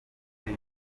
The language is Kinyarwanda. ruri